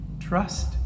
Trust